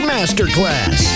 Masterclass